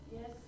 Yes